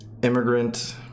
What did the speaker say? Immigrant